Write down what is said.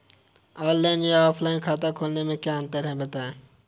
Online या offline खाता खोलने में क्या अंतर है बताएँ?